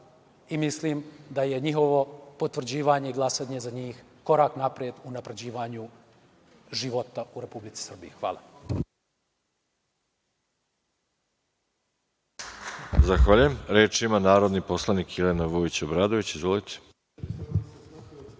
i mislim da je njihovo potvrđivanje i glasanje za njih korak napred unapređivanju života u Republici Srbiji. Hvala. **Veroljub Arsić** Zahvaljujem. Reč ima narodni poslanik Jelena Vujić Obradović. Izvolite.